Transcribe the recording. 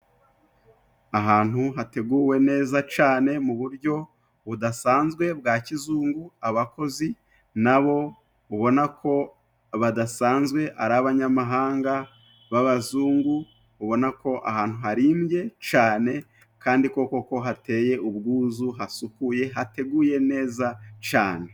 Ahantu hateguwe neza cane mu buryo budasanzwe bwa kizungu abakozi nabo ubona ko badasanzwe ari abanyamahanga b'abazungu ubona ko ahantu harimbye cane kandi koko ko hateye ubwuzu hasukuye hateguye neza cane.